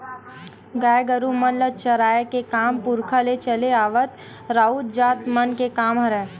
गाय गरु मन ल चराए के काम पुरखा ले चले आवत राउत जात मन के काम हरय